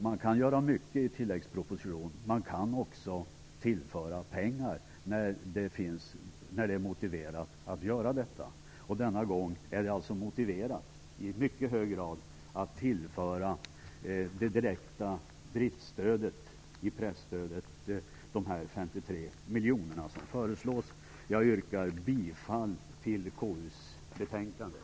Man kan göra mycket i dem, också tillföra pengar när detta är motiverat. Denna gång är det i mycket hög grad motiverat att tillföra det direkta driftstödet i presstödet de 53 miljoner kronor som föreslås. Jag yrkar bifall till konstitutionsutskottets hemställan i betänkandet.